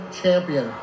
champion